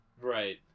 Right